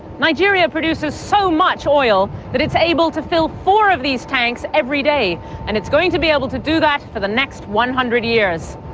nigeria produces so much oil that it's able to fill four of these tanks every day and it's going to be able to do that for the next one hundred years.